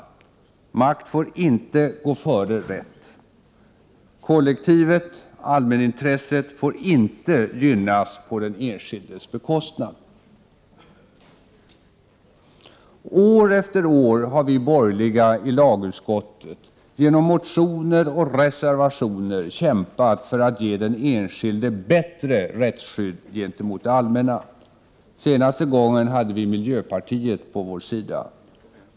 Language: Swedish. Makt får inte gå före rätt. Kollektivet, allmänintresset, får inte gynnas på den enskildes bekostnad. År efter år har vi borgerliga i lagutskottet genom motioner och reservationer kämpat för att ge den enskilde bättre rättsskydd gentemot det allmänna. Senaste gången hade vi miljöpartiet på vår sida.